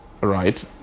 Right